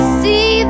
see